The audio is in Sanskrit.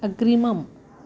अग्रिमम्